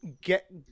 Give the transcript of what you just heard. get